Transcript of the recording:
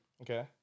Okay